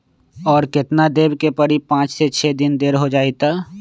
और केतना देब के परी पाँच से छे दिन देर हो जाई त?